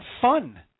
fun